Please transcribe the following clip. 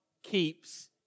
keeps